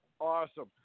Awesome